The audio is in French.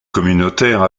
communautaire